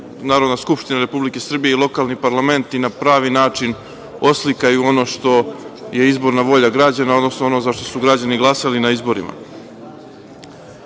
Narodna skupština Republike Srbije i lokalni parlament i na pravi način oslikaju ono što je izborna volja građana, odnosno ono zašta su građani glasali na izborima. Takođe,